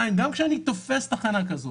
שנית, גם כשאני תופס תחנה כזו